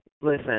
listen